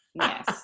Yes